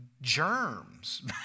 germs